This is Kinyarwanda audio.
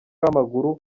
w’amaguru